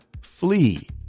flee